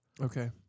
Okay